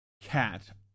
cat